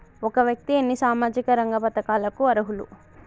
ఒక వ్యక్తి ఎన్ని సామాజిక రంగ పథకాలకు అర్హులు?